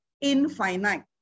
infinite